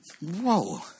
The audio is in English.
Whoa